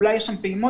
אולי יש שם פעימות.